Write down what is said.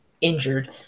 injured